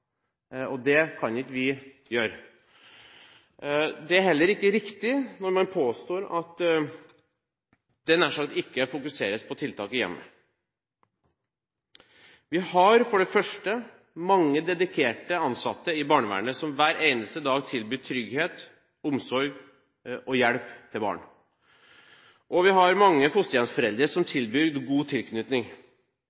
Det kan vi ikke gjøre. Det er heller ikke riktig når man påstår at det nær sagt ikke fokuseres på tiltak i hjemmet. Vi har for det første mange dedikerte ansatte i barnevernet som hver eneste dag tilbyr trygghet, omsorg og hjelp til barn. Vi har mange fosterhjemsforeldre som